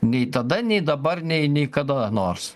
nei tada nei dabar nei nei kada nors